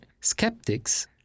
skeptics